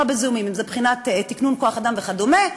בזיהומים ואם זה מבחינת תקנון כוח-אדם וכדומה,